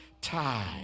time